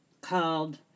called